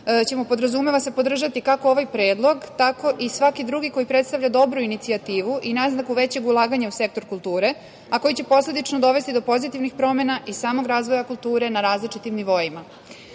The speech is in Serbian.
ćemo, podrazumeva se, podržati, kako ovaj predlog, tako i svaki drugi koji predstavlja dobru inicijativu i naznaku većeg ulaganja u sektor kulture, a koji će posledično dovesti do pozitivnih promena i samog razvoja kulture na različitim nivoima. Kako